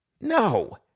No